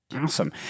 Awesome